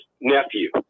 nephew